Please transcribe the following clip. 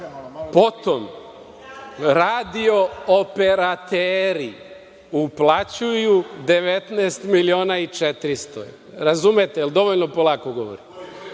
Potom, radio-operateri uplaćuju 19 miliona i 400. Razumete? Da li dovoljno polako govorim?